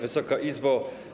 Wysoka Izbo!